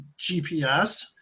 GPS